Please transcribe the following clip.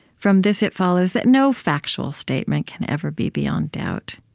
from this it follows that no factual statement can ever be beyond doubt.